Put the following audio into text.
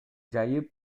жайып